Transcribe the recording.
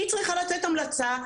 היא צריכה לתת המלצה,